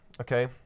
Okay